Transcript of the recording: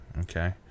Okay